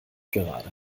gerade